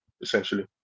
essentially